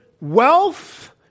wealth